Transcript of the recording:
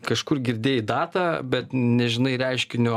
kažkur girdėjai datą bet nežinai reiškinio